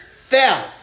Fell